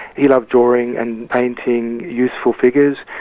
he loved drawing and painting youthful figures.